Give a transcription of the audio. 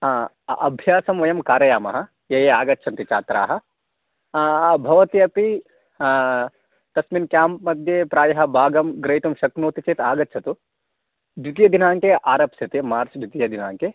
आ अभ्यासम् वयं कारयामः ये ये आगच्छन्ति छात्राः आ भवत्यपि तस्मिन् क्याम्प् मध्ये प्रायः भागं ग्रहितुं शक्नोति चेत् अगच्छतु द्वितीयदिनाङ्के आरप्सते मार्च् द्वितीयदिनाङ्के